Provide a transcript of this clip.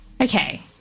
Okay